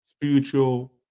Spiritual